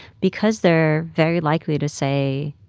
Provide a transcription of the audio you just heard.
because they're very likely to say,